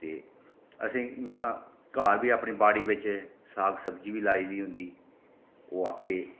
ते असें इ'यां घर बी अपनी बाड़ी बिच साग सब्जी बी लाई दी होंदी ओह् आपें